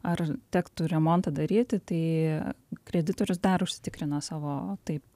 ar tektų remontą daryti tai kreditorius dar užsitikrina savo taip